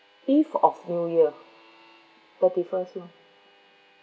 eve of new year thirty first lah